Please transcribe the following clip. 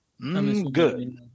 Good